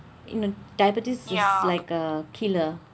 in a diabetes is like a killer